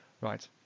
Right